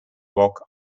rock